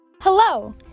Hello